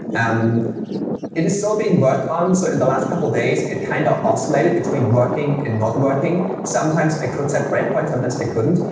um it is still being worked on. so in the last couple of days, it kind of oscillated between working and not working. sometimes i could set breakpoint, sometimes i couldn't.